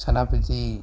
Senapati